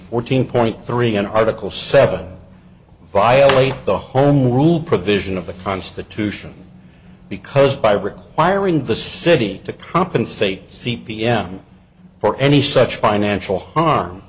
fourteen point three an article seven violate the home rule provision of the constitution because by requiring the city to compensate c p m for any such financial harm